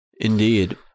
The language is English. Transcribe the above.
indeed